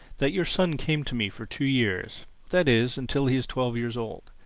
that your son came to me for two years that is, until he is twelve years old.